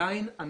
אני